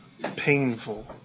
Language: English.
painful